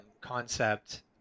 concept